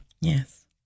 Yes